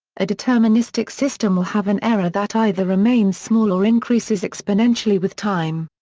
a deterministic system will have an error that either remains small or increases exponentially with time.